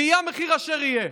ויהיה המחיר אשר יהיה.